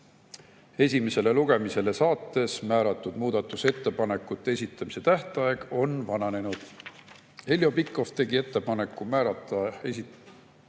esimesele lugemisele saates määratud muudatusettepanekute esitamise tähtaeg on vananenud. Heljo Pikhof tegi ettepaneku määrata